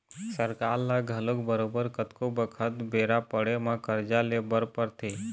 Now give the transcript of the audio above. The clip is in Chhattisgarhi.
सरकार ल घलोक बरोबर कतको बखत बेरा पड़े म करजा ले बर परथे